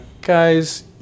guys